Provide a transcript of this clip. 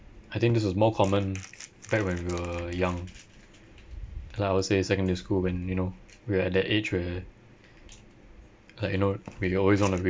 I think this was more common back when we were young like I would say secondary school when you know we're at that age where like you know we always wanna